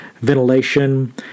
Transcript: ventilation